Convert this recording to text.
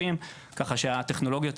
מענה לאתגרים עולמיים וביקוש גובר לטכנולוגיות